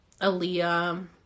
Aaliyah